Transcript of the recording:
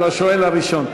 מודה לסגן השר.